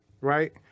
right